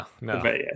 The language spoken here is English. No